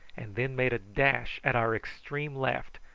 and then made a dash at our extreme left,